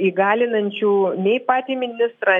įgalinančių nei patį ministrą